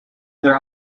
their